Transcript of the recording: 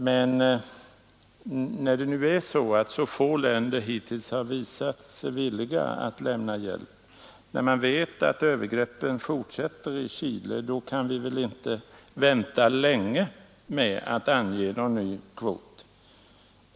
Men när nu så få länder hittills har visat sig villiga att lämna hjälp, och när vi vet att övergreppen i Chile fortsätter, så kan vi väl inte vänta länge med att ange en ny kvot.